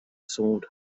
sword